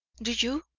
do you?